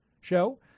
show